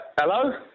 hello